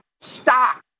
Stop